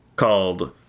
Called